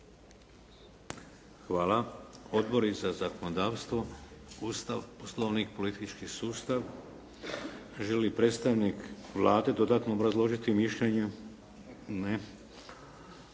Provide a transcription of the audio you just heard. Hvala. Odbori za zakonodavstvo, Ustav, Poslovnik, politički sustav? Želi li predstavnik Vlade dodatno obrazložiti mišljenja? Ne.